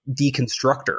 deconstructor